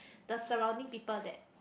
the surrounding people that